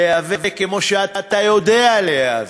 להיאבק כמו שאתה יודע להיאבק.